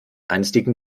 einstigen